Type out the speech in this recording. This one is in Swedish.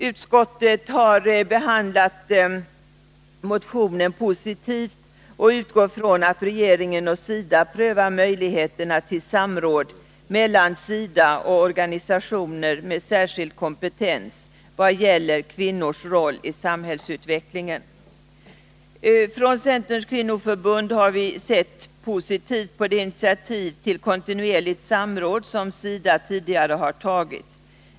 Utskottet har behandlat motionen positivt och utgått ifrån att regeringen och SIDA prövar möjligheterna till samråd mellan SIDA och organisationer med särskild kompetens vad gäller kvinnors roll i samhällsutvecklingen. Från Centerns kvinnoförbund har vi sett positivt på det initiativ till kontinuerligt samråd som SIDA tidigare har tagit.